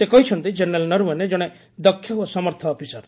ସେ କହିଛନ୍ତି କେନେରାଲ୍ ନରୱନେ ଜଣେ ଦକ୍ଷ ଓ ସମର୍ଥ ଅଫିସର